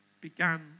began